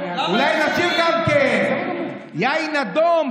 אולי נשיר גם כן: יין אדום,